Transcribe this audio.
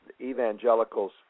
Evangelicals